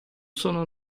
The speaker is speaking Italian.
sono